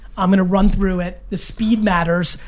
i'm gonna run through it, the speed matters,